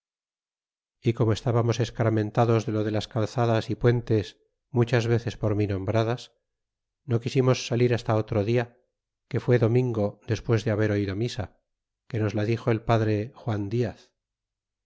y como estábamos escarmentados de lo de las calzadas y puentes muchas veces por mi nombradas no quisimos salir hasta otro dia que fue domingo despues de haber oido misa que téngase presente que